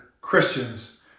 Christians